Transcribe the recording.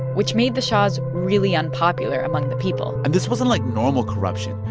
which made the shahs really unpopular among the people and this wasn't like normal corruption.